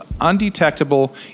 undetectable